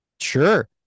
sure